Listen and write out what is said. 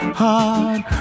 heart